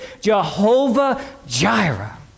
Jehovah-Jireh